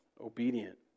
obedient